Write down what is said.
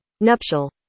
Nuptial